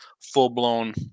full-blown